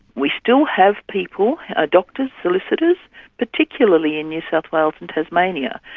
we still have people ah doctors, solicitors particularly in new south wales and tasmania,